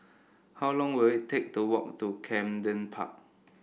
how long will it take to walk to Camden Park